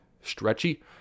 stretchy